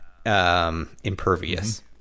Impervious